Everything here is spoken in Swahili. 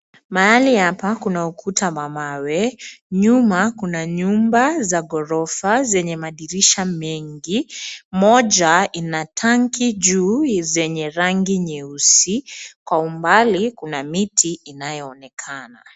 Mahali hapa kuna ukuta wa mawe. Nyuma, kuna nyumba za ghorofa zenye madirisha mengi. Moja ina tanki juu zenye rangi nyeusi. Kwa umbali kuna miti inayoonekana.